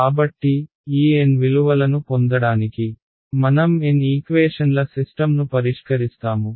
కాబట్టి ఈ n విలువలను పొందడానికి మనం n ఈక్వేషన్ల సిస్టమ్ను పరిష్కరిస్తాము